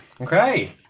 Okay